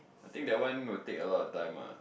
I think that will a lot of time ah